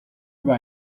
über